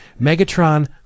Megatron